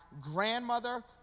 grandmother